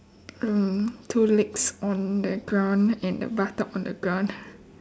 um two legs on the ground and the buttock on the ground